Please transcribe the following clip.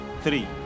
three